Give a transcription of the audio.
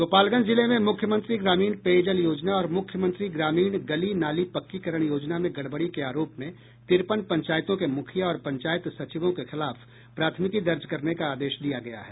गोपालगंज जिले में मुख्यमंत्री ग्रामीण पेयजल योजना और मुख्यमंत्री ग्रामीण गली नाली पक्कीकरण योजना में गड़बड़ी के आरोप में तिरपन पंचायतों के मुखिया और पंचायत सचिवों के खिलाफ प्राथमिकी दर्ज करने का आदेश दिया गया है